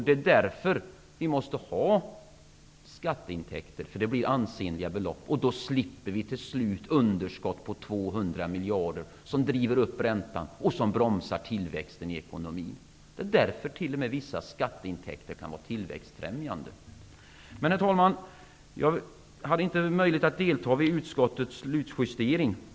Det är därför vi måste ha skatteintäkter. Det blir ansenliga belopp. Då slipper vi till slut underskott på 200 miljarder som driver upp räntan och bromsar tillväxten i ekonomin. Det är därför vissa skatteintäkter t.o.m. kan vara tillväxtfrämjande. Herr talman! Jag hade inte möjlighet att delta vid utskottets slutjustering.